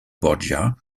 borgia